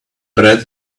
bread